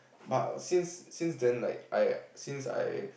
but since since them like I since I